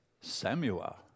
Samuel